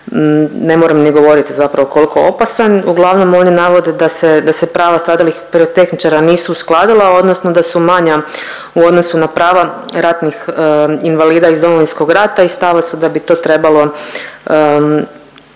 ne moram ni govoriti zapravo koliko opasan. Uglavnom oni navode da se, da se prava stradalih pirotehničara nisu uskladila odnosno da su manja u odnosu na prava ratnih invalida iz Domovinskog rata i stava su da bi to trebalo izjednačiti.